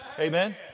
Amen